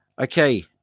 Okay